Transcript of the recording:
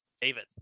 David